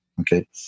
Okay